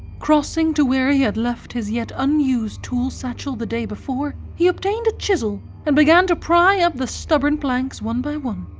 crossing to where he had left his yet unused tool satchel the day before, he obtained a chisel and began to pry up the stubborn planks one by one.